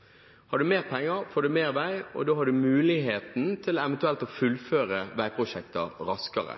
hvis du har mer penger, får du mer vei. Har du mer penger, får du mer vei, og da har du muligheten til eventuelt å fullføre veiprosjekter raskere.